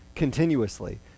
continuously